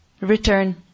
Return